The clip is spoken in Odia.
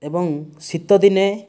ଏବଂ ଶୀତ ଦିନେ